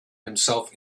himself